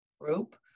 group